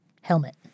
helmet